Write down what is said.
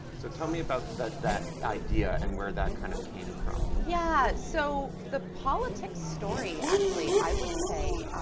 so tell me about that that idea and where that kind of came from. yeah. so the politics story actually, i would say,